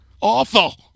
Awful